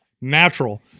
natural